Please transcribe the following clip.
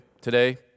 today